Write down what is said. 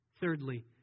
Thirdly